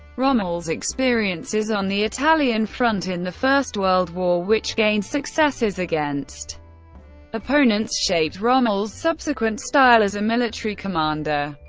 rommel's experiences on the italian front in the first world war which gained successes against opponents shaped rommel's subsequent style as a military commander.